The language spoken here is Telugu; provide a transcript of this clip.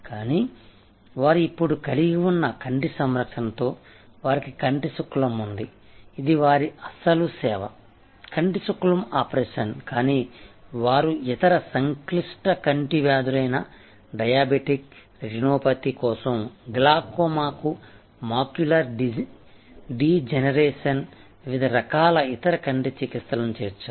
కానీ వారు ఇప్పుడు కలిగి ఉన్న కంటి సంరక్షణతో వారికి కంటిశుక్లం ఉంది ఇది వారి అసలు సేవ కంటిశుక్లం ఆపరేషన్ కానీ వారు ఇతర సంక్లిష్ట కంటి వ్యాధులైన డయాబెటిక్ రెటినోపతి కోసం గ్లాకోమాకు మాక్యులార్ డీజెనరేషన్ వివిధ రకాల ఇతర కంటి చికిత్సలను చేర్చారు